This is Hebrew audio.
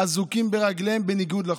אזוקים ברגליהם בניגוד לחוק.